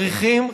צריכים,